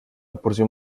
porción